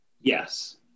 Yes